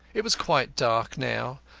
it was quite dark now,